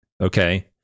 okay